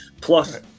Plus